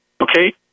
okay